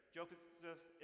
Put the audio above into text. Joseph